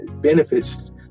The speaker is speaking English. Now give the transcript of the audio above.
benefits